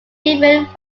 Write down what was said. different